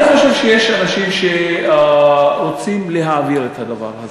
אני חושב שיש אנשים שרוצים להעביר את הדבר הזה.